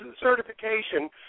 certification